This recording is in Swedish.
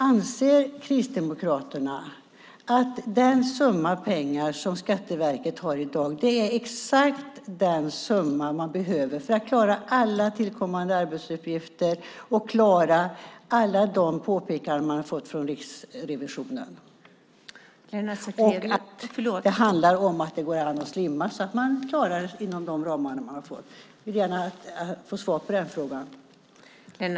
Anser Kristdemokraterna att den summa pengar som Skatteverket har i dag är exakt den summa man behöver för att klara alla tillkommande arbetsuppgifter och klara alla de påpekanden man har fått från Riksrevisionen? Det handlar om att det går an att slimma så att man klarar sig inom de ramar man har fått. Jag vill gärna få svar på frågan.